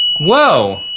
Whoa